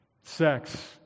sex